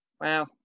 Wow